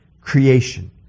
creation